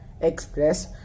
express